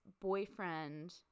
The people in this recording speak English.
boyfriend